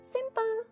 Simple